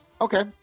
Okay